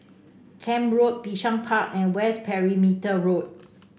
Camp Road Bishan Park and West Perimeter Road